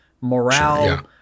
morale